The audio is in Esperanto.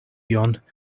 ion